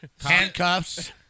Handcuffs